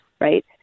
Right